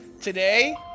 today